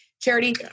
Charity